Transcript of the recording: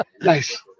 nice